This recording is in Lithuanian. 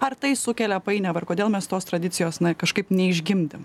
ar tai sukelia painiavą ir kodėl mes tos tradicijos na kažkaip neišgimdėm